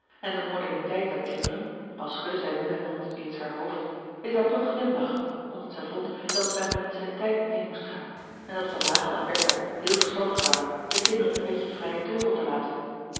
en de moderniteit der kinderen al schudde zij nu en dan eens haar hoofd deed haar toch glimlachen omdat zij vond dat men met zijn tijd meê moest gaan en dat van naghel en bertha heel verstandig waren de kinderen een beetje vrijen teugel te laten